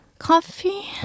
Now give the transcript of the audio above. Coffee